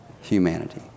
Humanity